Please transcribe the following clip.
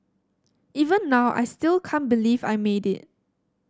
even now I still can't believe I made it